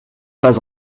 pas